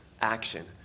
action